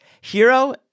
hero